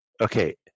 Okay